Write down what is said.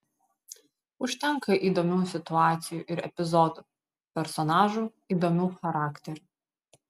užtenka įdomių situacijų ir epizodų personažų įdomių charakterių